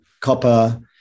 copper